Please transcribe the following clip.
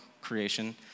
creation